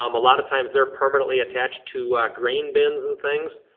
um a lot of times they're permanently attached to grain bins and things.